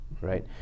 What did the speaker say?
right